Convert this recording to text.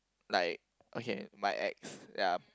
like okay my ex ya